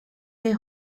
their